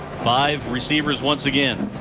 five receivers once again.